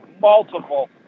multiple